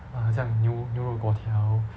err 很像牛牛肉粿条